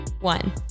one